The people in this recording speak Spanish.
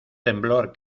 temblor